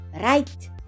right